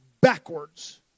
backwards